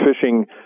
fishing